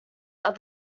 are